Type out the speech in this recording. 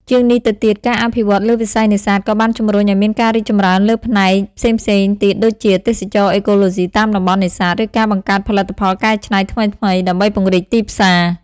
ជាងនេះទៅទៀត ការអភិវឌ្ឍន៍លើវិស័យនេសាទក៏បានជំរុញឲ្យមានការរីកចម្រើនលើផ្នែកផ្សេងៗទៀតដូចជា ទេសចរណ៍អេកូឡូស៊ីតាមតំបន់នេសាទ ឬការបង្កើតផលិតផលកែច្នៃថ្មីៗដើម្បីពង្រីកទីផ្សារ។